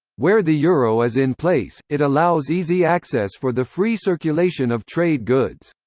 where the euro is in place, it allows easy access for the free circulation of trade goods.